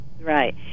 Right